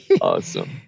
awesome